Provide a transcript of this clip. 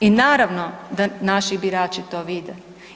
I naravno da naši birači to vide.